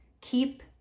Keep